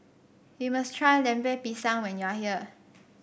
you must try Lemper Pisang when you are here